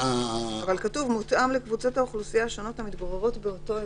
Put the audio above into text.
אבל כתוב "מותאם לקבוצות האוכלוסייה השונות המתגוררות באותו אזור",